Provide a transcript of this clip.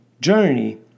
journey